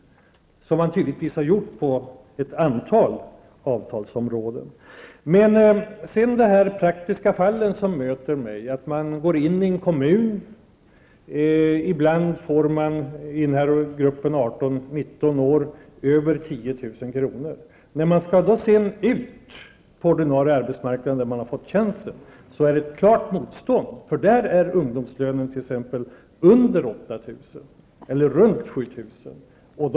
Det har man tydligtvis gjort på ett antal avtalsområden. När det gäller de praktiska fall som jag möter vill jag säga följande. Ungdomar i åldern 18--19 år som arbetar tillfälligt för en kommun får ibland över 10 000 kr. i lön. När de sedan skall ut på den ordinarie arbetsmarknaden, när de har fått den chansen, blir det ett klart motstånd. Där kan ungdomslönen ligga under 8 000 kr., runt 7 000 kr.